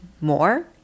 more